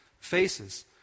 faces